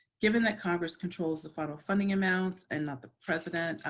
given that congress controls the federal funding amounts and not the president,